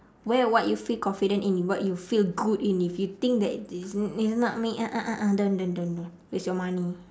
wear what you feel confident in what you feel good in if you think that it's it's not me uh uh uh don't don't don't don't waste your money